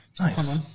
Nice